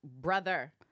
brother